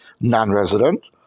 non-resident